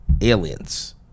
Aliens